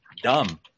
dumb